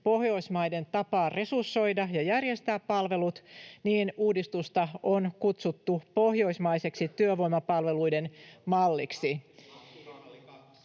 Pohjoismaiden tapaa resursoida ja järjestää palvelut, niin uudistusta on kutsuttu pohjoismaiseksi työvoimapalveluiden malliksi.